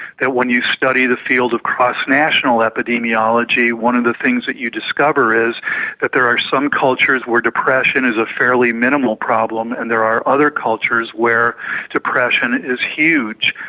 that when you study the field of cross national epidemiology one of the things that you discover is that there are some cultures where depression is a fairly minimal problem and there are other cultures where depression is huge.